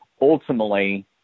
ultimately